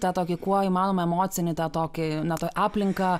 tą tokį kuo įmanoma emocinį tą tokį na tą aplinką